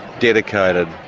dedicated,